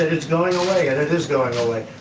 it's going away, and it is going away.